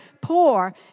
poor